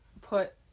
put